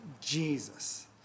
Jesus